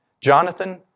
Jonathan